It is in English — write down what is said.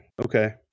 Okay